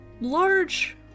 large